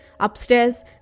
Upstairs